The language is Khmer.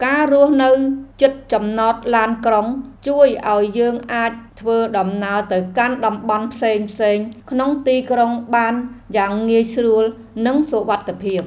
ការរស់នៅជិតចំណតឡានក្រុងជួយឱ្យយើងអាចធ្វើដំណើរទៅកាន់តំបន់ផ្សេងៗក្នុងទីក្រុងបានយ៉ាងងាយស្រួលនិងសុវត្ថិភាព។